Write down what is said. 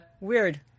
weird